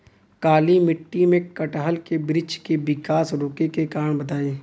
काली मिट्टी में कटहल के बृच्छ के विकास रुके के कारण बताई?